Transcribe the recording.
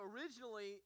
originally